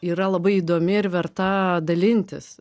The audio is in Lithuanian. yra labai įdomi ir verta dalintis